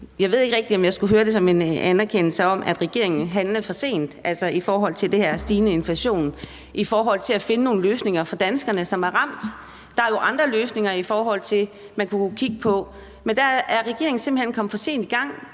Jeg ved ikke rigtig, om jeg skulle høre det som en anerkendelse af, at regeringen handlede for sent i forhold til den her stigende inflation og i forhold til at finde nogle løsninger for danskerne, som er ramt. Der er jo andre løsninger, man kunne kigge på, men der er regeringen simpelt hen kommet for sent i gang